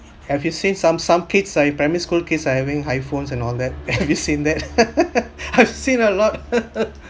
have you seen some some kids are in primary school kids are having iphones and all that and have you seen that I've seen a lot